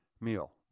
meal